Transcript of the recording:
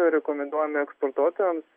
rekomenduojame eksportuotojams